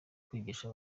kwigisha